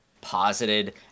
posited